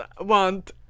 want